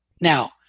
now